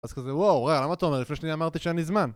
אז כזה וואו אה למה אתה אומר לפני שניה אמרתי שאין לי זמן